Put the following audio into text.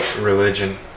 religion